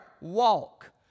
walk